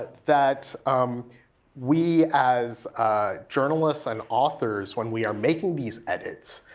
that we as journalists and authors, when we are making these edits.